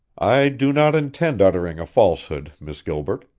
i do not intend uttering a falsehood, miss gilbert,